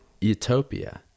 utopia